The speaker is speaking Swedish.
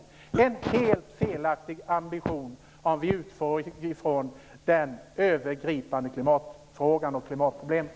Det är en helt felaktig ambition, om vi utgår från det övergripande klimatproblemet.